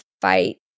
fight